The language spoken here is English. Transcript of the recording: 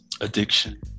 addiction